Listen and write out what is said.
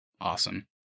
awesome